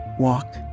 walk